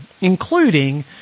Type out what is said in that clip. including